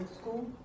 school